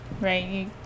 right